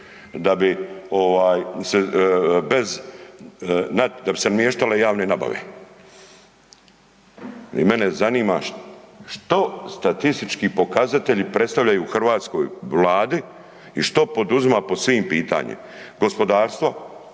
da bi se namještale javne nabave? Mene zanima što statistički pokazatelji hrvatskoj Vladi i što poduzima po svim pitanjima? Gospodarstvo,